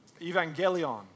evangelion